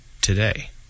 today